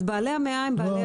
בעלי המאה הם בעלי הדעה.